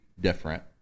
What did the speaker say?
different